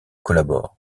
collabore